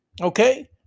Okay